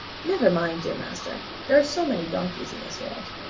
never mind, dear master. there are so many donkeys in this world.